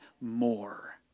more